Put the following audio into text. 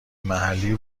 محلی